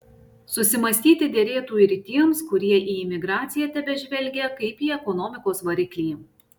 susimąstyti derėtų ir tiems kurie į imigraciją tebežvelgia kaip į ekonomikos variklį